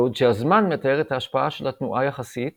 בעוד שהזמן מתאר את ההשפעה של תנועה יחסית